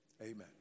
amen